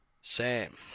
Sam